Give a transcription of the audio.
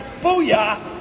Booyah